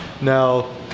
Now